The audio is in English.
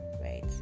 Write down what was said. right